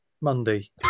Monday